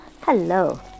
Hello